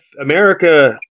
America